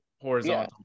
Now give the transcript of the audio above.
horizontal